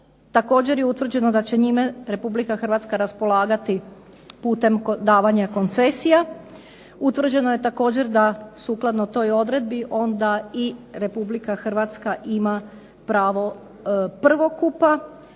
Također je utvrđeno da će njime RH raspolagati putem davanja koncesija. Utvrđeno je također da sukladno toj odredbi onda i RH ima pravo prvokupa